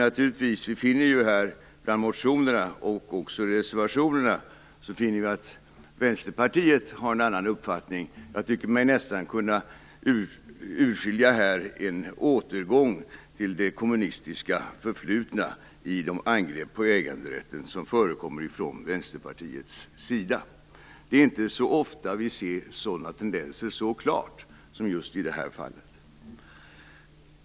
Naturligtvis finner vi bland motionerna och reservationerna att Vänsterpartiet har en annan uppfattning. Jag tycker mig nästan kunna urskilja en återgång till det kommunistiska förflutna i angreppen på äganderätten som förekommer från Vänsterpartiets sida. Det är inte så ofta vi ser sådana tendenser så klart som i det här fallet.